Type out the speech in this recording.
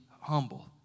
humble